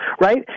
right